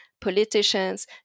politicians